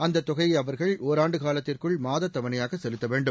அந்த தொகையை அவர்கள் ஓராண்டு காலத்திற்குள் மாதத் தவணையாக செலுத்த வேண்டும்